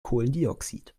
kohlendioxid